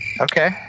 Okay